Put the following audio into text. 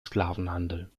sklavenhandel